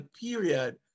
period